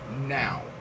now